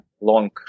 long